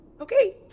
Okay